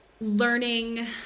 learning